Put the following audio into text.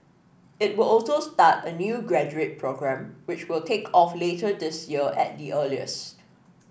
it will also start a new graduate programme which will take off later this year at the earliest